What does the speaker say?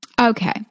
Okay